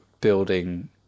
building